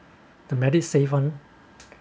the MediSave [one]